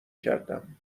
کردم